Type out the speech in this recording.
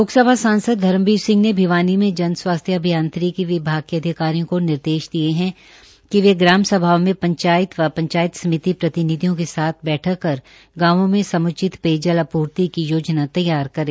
लोकस्भा सांसद धर्मबीर सिंह ने भिवानी में जनस्वास्थ्य अभियांत्रिकी विभाग के अधिकारियों को निर्देश दिये है कि वे ग्राम सभाओ में पंचायत व पंचायत समिति प्रतिनिधियों के साथ बैठक कर गांवों में समुचित पेयजल आपूर्ति की योजना तैयार करे